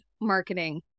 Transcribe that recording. marketing